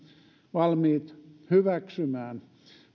valmiit hyväksymään